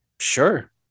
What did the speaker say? Sure